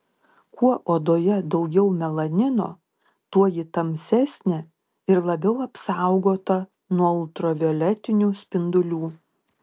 kuo odoje daugiau melanino tuo ji tamsesnė ir labiau apsaugota nuo ultravioletinių spindulių